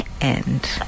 end